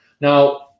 Now